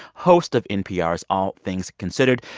host of npr's all things considered,